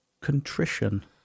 Contrition